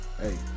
hey